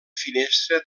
finestra